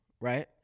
Right